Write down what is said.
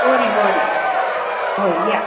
बोरे बोरे हय या